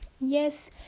yes